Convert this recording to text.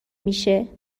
میشه